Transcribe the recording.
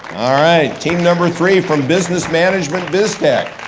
all right, team number three from business management bstec.